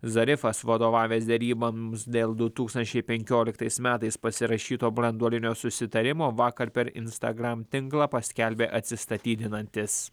zarifas vadovavęs deryboms dėl du tūkstančiai penkioliktais metais pasirašyto branduolinio susitarimo vakar per instagram tinklą paskelbė atsistatydinantis